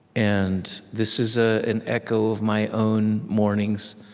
and this is ah an echo of my own mornings,